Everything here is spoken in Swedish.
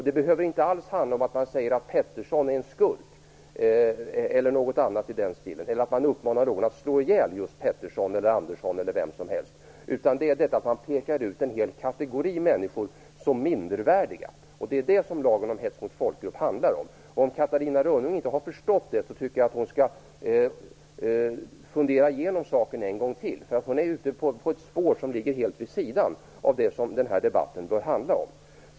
Det behöver inte alls handla om att man säger att Pettersson är en skurk eller något annat i den stilen eller att man uppmanar någon att slå ihjäl Pettersson eller vem som helst. Det handlar i stället om att man pekar ut en hel kategori människor som mindre värdiga. Det är detta lagen om hets mot folkgrupp handlar om. Om Catarina Rönnung inte har förstått det tycker jag att hon skall fundera igenom saken en gång till. Hon är ute på ett spår som ligger helt vid sidan av det som debatten bör handla om.